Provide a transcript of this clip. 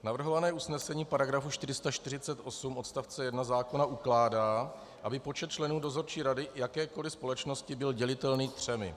Navrhované usnesení § 448 odst. 1 zákona ukládá, aby počet členů dozorčí rady jakékoli společnosti byl dělitelný třemi.